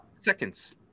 seconds